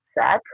set